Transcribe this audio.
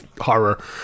horror